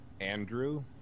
Andrew